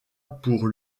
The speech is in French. pour